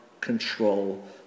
control